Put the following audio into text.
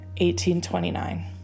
1829